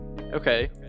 Okay